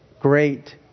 great